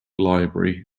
library